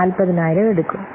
40000 എടുക്കും